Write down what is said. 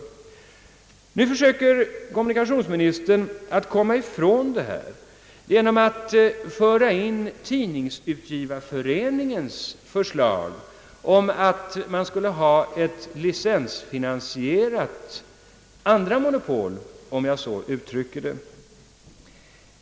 Nu försöker kommunikationsministern komma ifrån detta genom att föra in Tidningsutgivareföreningens förslag att man skulle ha ett licensfinansierat andra monopol, om jag får uttrycka det så.